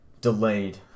delayed